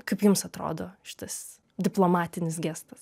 kaip jums atrodo šitas diplomatinis gestas